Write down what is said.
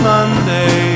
Monday